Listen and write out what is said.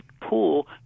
pool